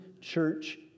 church